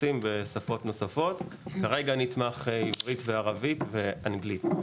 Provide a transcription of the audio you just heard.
בשפות נוספות מלבד עברית, אנגלית וערבית?